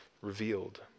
revealed